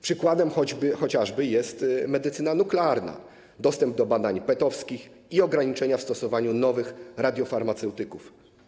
Przykładem jest chociażby medycyna nuklearna, dostęp do badań PET-owskich i ograniczenia w stosowaniu nowych radiofarmaceutyków.